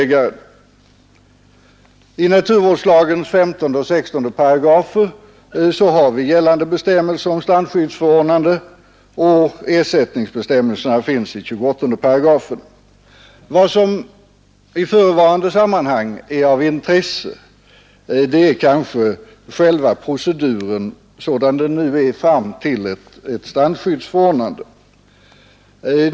I naturvårdslagens 15 och 16 §§ finns gällande bestämmelser om strandskyddsförordnande, och ersättningsbestämmelserna finns i 28 §. Vad som i förevarande sammanhang är av intresse är själva proceduren sådan den nu är fram till ett strandskyddsförordnande.